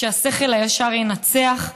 שהשכל הישר ינצח,